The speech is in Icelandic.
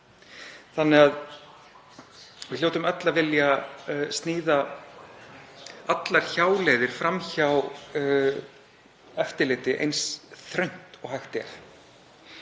Þannig að við hljótum öll að vilja sníða allar hjáleiðir fram hjá eftirliti eins þröngt og hægt er.